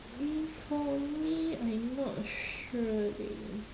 me for me I not sure leh